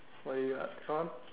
what you